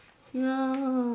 ya